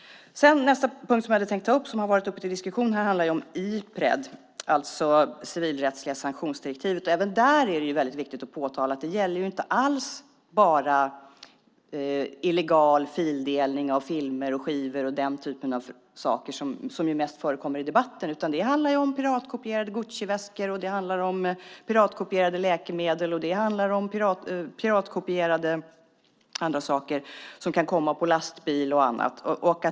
Nästa punkt som har varit uppe till diskussion som jag tänkte ta upp handlar om Ipred, det civilrättsliga sanktionsdirektivet. Även där är det viktigt att påpeka att det inte alls bara gäller illegal fildelning av filmer och skivor, den typ av saker som mest förekommer i debatten. Det handlar om piratkopierade Gucciväskor, piratkopierade läkemedel och piratkopierade andra saker som kan komma med lastbil och annat.